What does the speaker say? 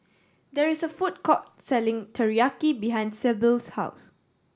there is a food court selling Teriyaki behind Syble's house